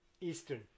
Eastern